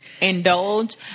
indulge